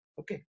Okay